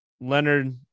Leonard